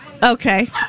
Okay